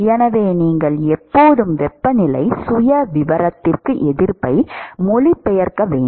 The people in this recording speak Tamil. எனவே நீங்கள் எப்போதும் வெப்பநிலை சுயவிவரத்திற்கு எதிர்ப்பை மொழிபெயர்க்க வேண்டும்